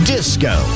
Disco